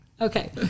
Okay